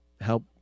help